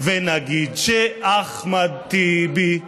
/ ונגיד שאחמד טיבי,